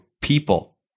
people